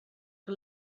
que